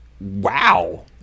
wow